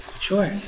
Sure